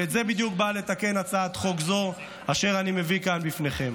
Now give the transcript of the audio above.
ואת זה בדיוק באה לתקן הצעת החוק הזאת אשר אני מביא כאן בפניכם,